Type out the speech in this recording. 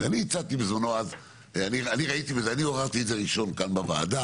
אני עוררתי את זה ראשון כאן בוועדה,